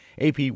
AP